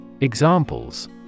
Examples